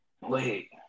wait